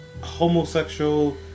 homosexual